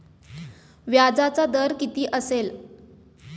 व्याजाचा दर किती असेल?